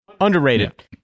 underrated